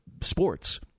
sports